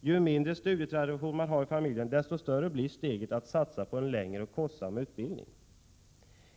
Ju mindre studietradition familjen har, desto större blir steget att satsa på en längre och kostsam utbildning.